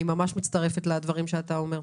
אני ממש מצטרפת לדברים שאתה אומר.